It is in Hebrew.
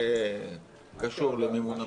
שקשור למימון המפלגות.